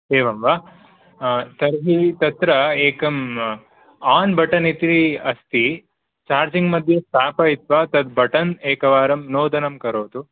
एवम् वा तर्हि तत्र एकम् आन् बटन् इति अस्ति चार्जिङ्ग् मध्ये स्थापयित्वा तत् बटन् एकवारं नोदनं करोतु